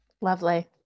lovely